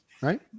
right